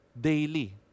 daily